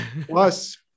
plus